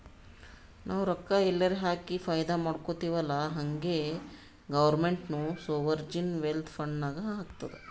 ನಾವು ರೊಕ್ಕಾ ಎಲ್ಲಾರೆ ಹಾಕಿ ಫೈದಾ ಮಾಡ್ಕೊತಿವ್ ಅಲ್ಲಾ ಹಂಗೆ ಗೌರ್ಮೆಂಟ್ನು ಸೋವರ್ಜಿನ್ ವೆಲ್ತ್ ಫಂಡ್ ನಾಗ್ ಹಾಕ್ತುದ್